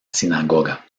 sinagoga